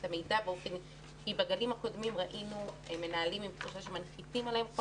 המידע כי בגלים הקודמים ראינו מנהלים שמנחיתים עליהם כל